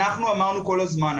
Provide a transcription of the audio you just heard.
אנחנו אמרנו כל הזמן,